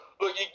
Look